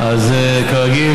אז כרגיל,